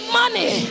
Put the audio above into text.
money